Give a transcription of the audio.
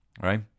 Right